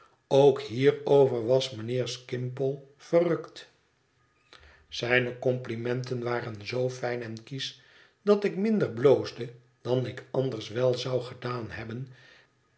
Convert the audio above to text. ook hierover was mijnheer skimpole verrukt zijne complimenten waren zoo fijn en kiesch dat ik minder bloosde dan ik anders wel zou gedaan hebben